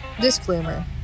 Disclaimer